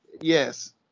yes